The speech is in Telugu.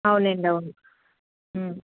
అవునండి అవును